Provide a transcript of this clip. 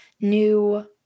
new